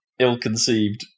ill-conceived